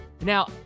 Now